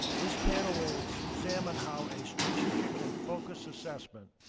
this panel will examine how a strategic and focused assessment